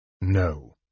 No